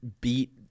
beat